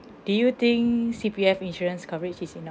do you think C_P_F insurance coverage is enough